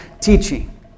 teaching